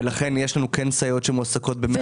ולכן יש לנו כן סייעות שמועסקות ב-100% משרה.